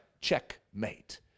checkmate